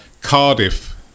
Cardiff